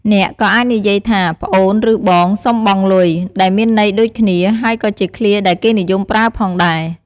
អ្នកក៏អាចនិយាយថា "ប្អូនឬបង សុំបង់លុយ" ដែលមានន័យដូចគ្នា ហើយក៏ជាឃ្លាដែលគេនិយមប្រើផងដែរ។